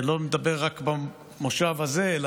אני לא מדבר רק על המושב הזה,